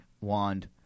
wand